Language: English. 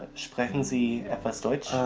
sprechen sie etwas deutsch?